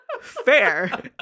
Fair